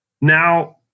Now